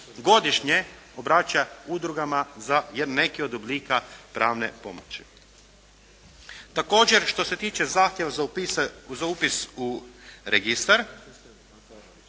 godišnje obraća udrugama za neke od oblika pravne pomoći. Također, što se tiče zahtjeva za upis u registar